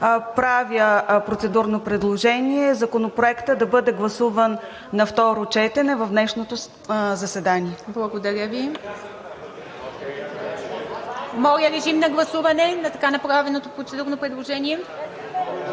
правя процедурно предложение Законопроектът да бъде гласуван на второ четене в днешното заседание. ПРЕДСЕДАТЕЛ ИВА МИТЕВА: Благодаря Ви. Моля, режим на гласуване на така направеното процедурно предложение.